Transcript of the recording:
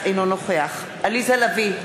אינו נוכח עליזה לביא,